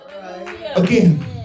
again